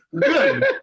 Good